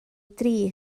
dri